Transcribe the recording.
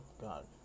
God